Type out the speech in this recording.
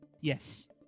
Yes